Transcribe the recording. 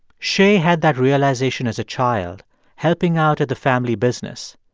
shay had that realization as a child helping out at the family business,